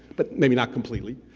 but maybe not completely.